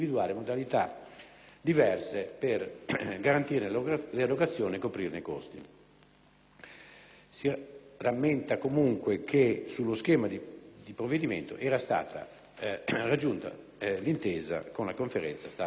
diverse per garantirne l'erogazione e per coprirne i costi. Si rammenta, comunque, che sullo schema di provvedimento era stata raggiunta l'intesa con la Conferenza Stato-Regioni.